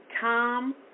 Tom